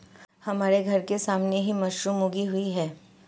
हमारे घर के सामने ही मशरूम उगी हुई है